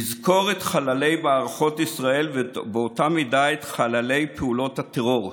לזכור את חללי מערכות ישראל ובאותה מידה את חללי פעולות הטרור,